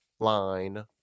Line